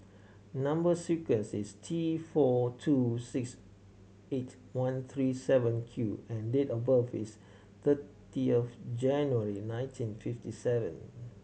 number sequence is T four two six eight one three seven Q and date of birth is thirty of January nineteen fifty seven